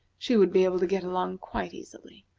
she would be able to get along quite easily.